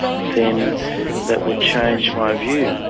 then that would change my view.